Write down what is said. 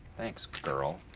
thanks, girl.